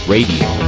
Radio